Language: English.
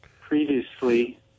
previously